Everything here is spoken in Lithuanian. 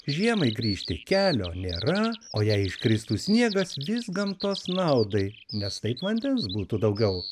žiemai grįžti kelio nėra o jei iškristų sniegas vis gamtos naudai nes taip vandens būtų daugiau